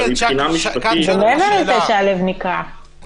אבל מבחינה משפטית --- זה מעבר לזה שהלב נקרע,